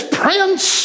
prince